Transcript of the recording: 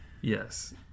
Yes